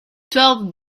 twelve